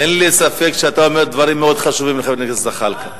אין לי ספק שאתה אומר דברים מאוד חשובים לחבר הכנסת זחאלקה.